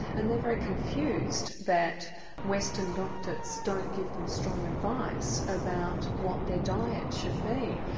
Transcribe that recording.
and they're very confused that western doctors don't give them strong advice about what their diet should be.